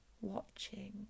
watching